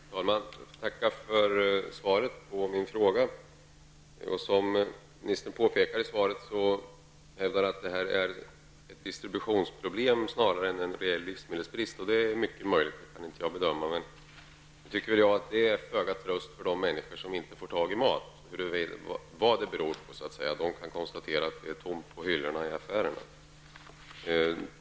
Herr talman! Jag får tacka för svaret på min fråga. Som ministern påpekade är detta ett distributionsproblem snarare än en reell livsmedelsbrist. Det är möjligt, men det kan jag inte bedöma. Men vad det beror på är föga tröst för de människor som inte kan få tag i mat. De kan konstatera att det är tomt på hyllorna i affärerna.